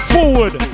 Forward